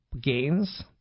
gains